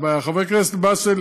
חבר הכנסת באסל,